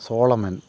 Solomon